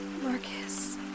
Marcus